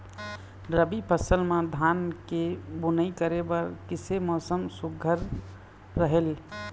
रबी फसल म धान के बुनई करे बर किसे मौसम सुघ्घर रहेल?